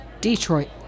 Detroit